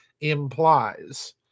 implies